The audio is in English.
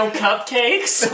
cupcakes